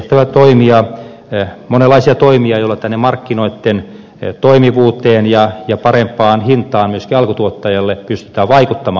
nyt onkin jatkossa tehtävä monenlaisia toimia joilla markkinoitten toimivuuteen ja parempaan hintaan myöskin alkutuottajalle pystytään vaikuttamaan